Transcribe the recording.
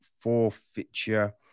forfeiture